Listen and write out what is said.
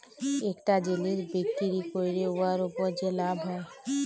ইকটা জিলিস বিক্কিরি ক্যইরে উয়ার উপর যে লাভ হ্যয়